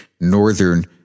Northern